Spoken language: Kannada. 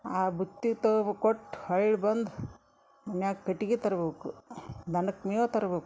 ಆ ಬುತ್ತಿ ತಗೊಬ ಕೊಟ್ಟು ಹೊಳ್ಳಿ ಬಂದು ಮನ್ಯಾಗ ಕಟ್ಗಿ ತರ್ಬಕು ದನಕ್ಕೆ ಮೇವ ತರಬೇಕು